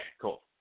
cool